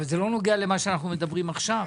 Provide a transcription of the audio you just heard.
אבל זה לא נוגע למה שאנחנו מדברים עליו עכשיו.